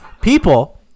people